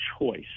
choice